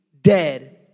dead